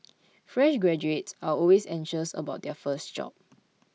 fresh graduates are always anxious about their first job